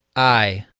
i.